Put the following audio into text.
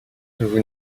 vous